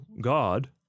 God